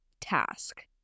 task